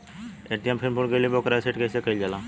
ATM pin भूल गईल पर ओके रीसेट कइसे कइल जाला?